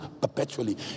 perpetually